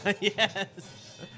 Yes